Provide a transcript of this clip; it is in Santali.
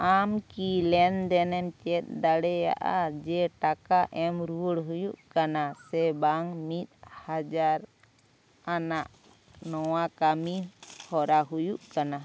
ᱟᱢ ᱠᱤ ᱞᱮᱱᱫᱮᱱᱮᱢ ᱪᱮᱫ ᱫᱟᱲᱮᱭᱟᱜᱼᱟ ᱡᱮ ᱴᱟᱠᱟ ᱮᱢ ᱨᱩᱣᱟᱹᱲ ᱦᱩᱭᱩᱜ ᱠᱟᱱᱟ ᱥᱮ ᱵᱟᱝ ᱢᱤᱫ ᱦᱟᱡᱟᱨ ᱟᱱᱟᱜ ᱱᱚᱣᱟ ᱠᱟᱢᱤ ᱦᱚᱨᱟ ᱦᱩᱭᱩᱜ ᱠᱟᱱᱟ